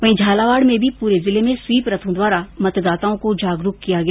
वहीं झालावाड़ में भी पूरे जिले में स्वीप रथों के द्वारा मतदाताओं को जागरूक किया गया